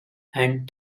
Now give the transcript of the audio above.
and